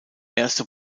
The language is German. erste